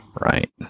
Right